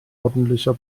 ordentlicher